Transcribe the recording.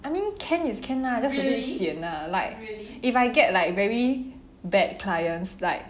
I mean can is can lah just a bit sian lah like if I get like very bad clients like